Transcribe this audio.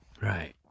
Right